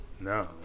No